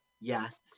Yes